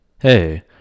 Hey